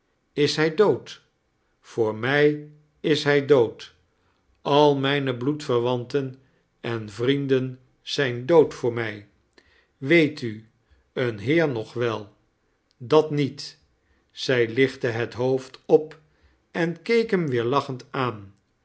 is hij dood voor mij is hij dood al rnijne bloedverwantei en vrienden zijn dood voor mij woet n een heer nog wel dat niet zij liciitte het hoofd op en keek hem v eer la ehend aan